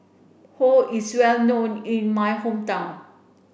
Pho is well known in my hometown